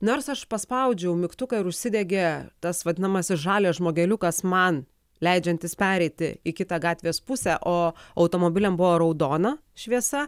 nors aš paspaudžiau mygtuką ir užsidegė tas vadinamasis žalias žmogeliukas man leidžiantis pereiti į kitą gatvės pusę o automobiliam buvo raudona šviesa